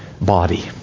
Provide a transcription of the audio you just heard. body